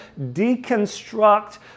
deconstruct